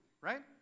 right